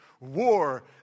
War